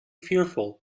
fearful